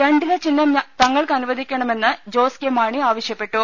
രണ്ടില ചിഹ്നം തങ്ങൾക്ക് അനുവദിക്കണമെന്ന് ജോസ് കെ മാണി ആവശ്യപ്പെട്ടു